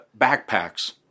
backpacks